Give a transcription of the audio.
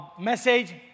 message